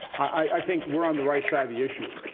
i think we are on the right side of the issue.